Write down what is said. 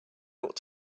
ought